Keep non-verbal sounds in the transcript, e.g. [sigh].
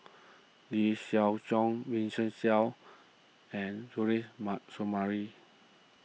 Lee Siew Choh Vincent Leow and Suzairhe [unintelligible] Sumari